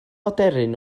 aderyn